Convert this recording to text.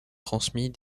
transmis